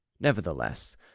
Nevertheless